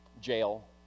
jail